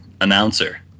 announcer